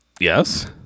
Yes